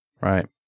Right